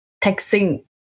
texting